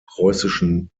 preußischen